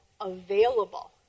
available